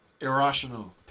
irrational